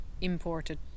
imported